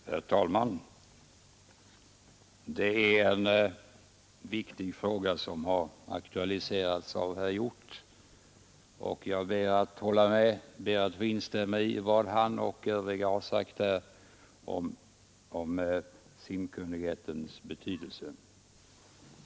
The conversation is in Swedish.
Herr talman! Det är en viktig fråga som har aktualiserats av herr Hjorth, och jag ber att få instämma i vad han och övriga talare har sagt om simkunnighetens betydelse.